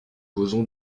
causons